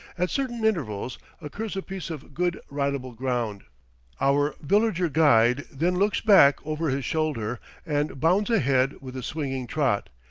at certain intervals occurs a piece of good ridable ground our villager-guide then looks back over his shoulder and bounds ahead with a swinging trot,